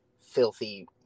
filthy